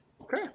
Okay